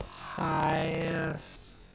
pious